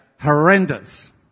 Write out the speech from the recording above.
horrendous